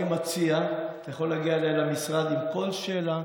אני מציע: אתה יכול להגיע אליי למשרד עם כל שאלה,